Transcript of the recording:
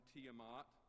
Tiamat